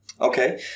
Okay